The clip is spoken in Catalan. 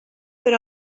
per